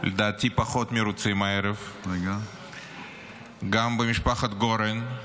לדעתי פחות מרוצים הערב, גם במשפחת גורן,